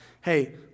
hey